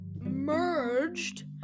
merged